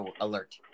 alert